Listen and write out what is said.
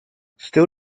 still